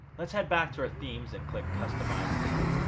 let's head back to our themes and click customize theme.